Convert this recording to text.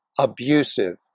abusive